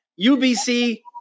UBC